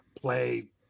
play